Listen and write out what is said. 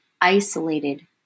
isolated